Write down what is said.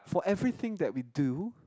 for everything that we do